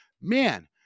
Man